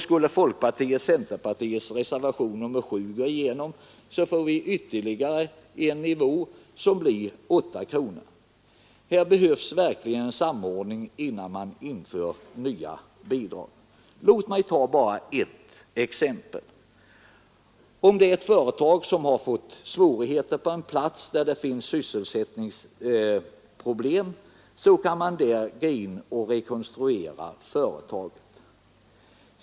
Skulle folkpartiets och centerns reservation 7 gå igenom, får vi ytterligare en nivå på 8 kronor. Här behövs verkligen samordning innan man inför nya bidrag. Låt mig ta bara ett exempel. Ett företag måste rekonstrueras, och på platsen finns sysselsättningssvårigheter.